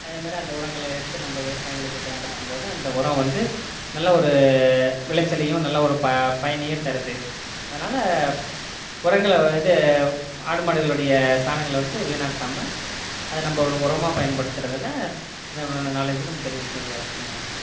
அதே மாதிரி அந்த உரங்களை எடுத்து நம்ம விவசாயங்களுக்கு பயன்படுத்தும்போது அந்த உரம் வந்து நல்ல ஒரு விளச்சலையும் நல்ல ஒரு பயனையும் தருது அதனால உரங்களை இது ஆடு மாடுகளுடைய சாணங்களை வந்து வீணாக்காமல் அதை நம்ம ஒரு உரமாக பயன்படுத்துறதில் இந்த இவ்வளோ நாலேஜும் நம்ம தெரிஞ்சுக்க வேண்டிய அவசியமாக இருக்குது